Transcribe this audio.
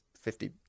fifty